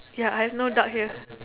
ya I have no duck here